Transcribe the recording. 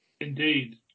Indeed